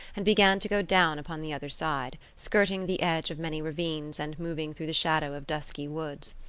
and began to go down upon the other side, skirting the edge of many ravines and moving through the shadow of dusky woods.